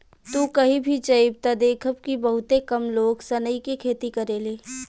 तू कही भी जइब त देखब कि बहुते कम लोग सनई के खेती करेले